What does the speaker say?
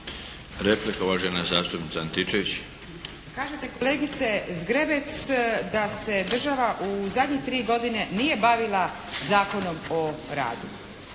Marinović, Ingrid (SDP)** Kažete kolegice Zgrebec da se država u zadnjih tri godine nije bavila Zakonom o radu.